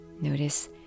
Notice